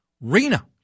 rena